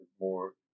more